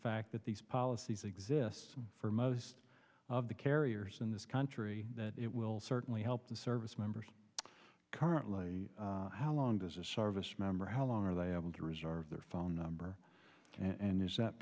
fact that these policies are exists for most of the carriers in this country that it will certainly help the service members currently how long does a service member how long are they able to reserve their phone number and is that